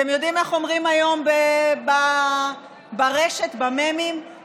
אתם יודעים איך אומרים היום ברשת, בממים?